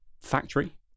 factory